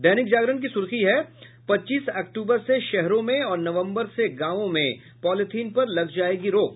दैनिक जागरण की सुर्खी है पच्चीस अक्टूबर से शहरों में और नवम्बर से गांवों में पॉलीथिन पर लग जायेगी रोक